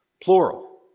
plural